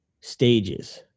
stages